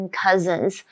cousins